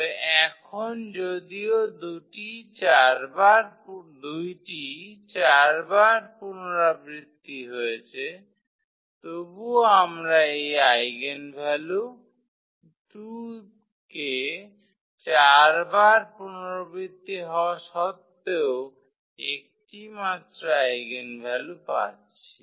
তবে এখন যদিও 2 টি চারবার পুনরাবৃত্তি হয়েছে তবুও আমরা এই আইগেনভ্যালু 2 টি চারবার পুনরাবৃত্তি হওয়া সত্তেও একটিইমাত্র আইগেনভ্যালু পাচ্ছি